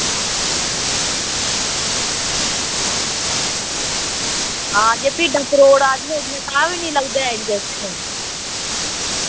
जे भिड्डां तरोड़ आई दियां होङन तां बी निं लगदा ऐ इंजेक्शन